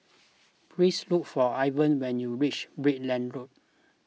please look for Ivah when you reach Brickland Road